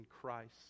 Christ